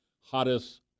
hottest